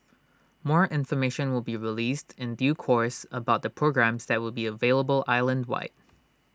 more information will be released in due course about the programmes that will be available island wide